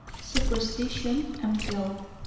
superstition and filth.